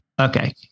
Okay